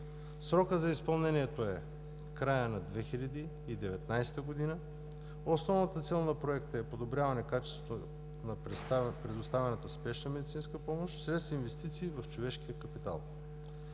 Срокът за изпълнението е краят на 2019 г. Основната цел на Проекта е подобряване качеството на предоставената Спешна медицинска помощ чрез инвестиции в човешкия капитал.